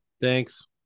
Thanks